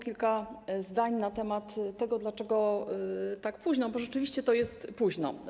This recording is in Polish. Kilka zdań na temat tego, dlaczego tak późno, bo rzeczywiście to jest późno.